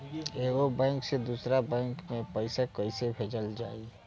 एगो बैक से दूसरा बैक मे पैसा कइसे भेजल जाई?